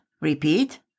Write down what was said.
Repeat